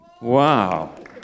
Wow